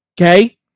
Okay